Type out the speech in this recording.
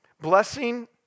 Blessing